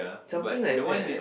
something like that